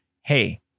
Hey